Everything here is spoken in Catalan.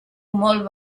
molt